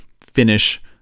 finish